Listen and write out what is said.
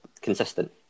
consistent